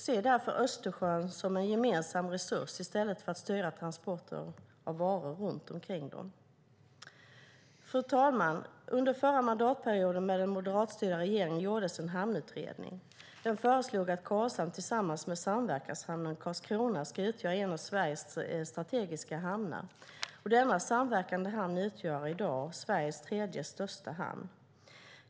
Se därför Östersjön som en gemensam resurs i stället för att styra transporter av varor runt den! Fru talman! Under förra mandatperioden med den moderatstyrda regeringen gjordes en hamnutredning. Den föreslog att Karlshamn tillsammans med samverkanshamnen Karlskrona ska utgöra en av Sveriges strategiska hamnar. Denna samverkande hamn utgör i dag Sveriges tredje största hamn.